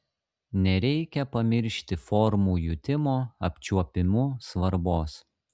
nereikia pamiršti formų jutimo apčiuopimu svarbos